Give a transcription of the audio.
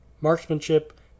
Marksmanship